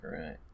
Right